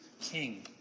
king